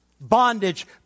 bondage